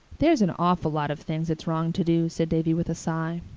there's an awful lot of things it's wrong to do, said davy with a sigh.